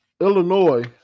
Illinois